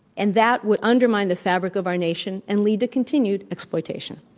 and that would undermine the fabric of our nation and lead to continued exploitation.